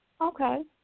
okay